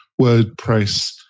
WordPress